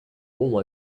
all